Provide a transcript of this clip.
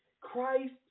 Christ